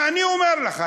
ואני אומר לך,